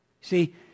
See